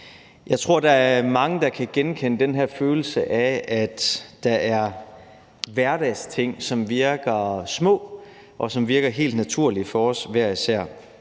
Jeg tror, der er mange, der kan genkende den her følelse af, at der er hverdagsting, som virker små, og som virker helt naturlige for os hver især.